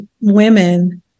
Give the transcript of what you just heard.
women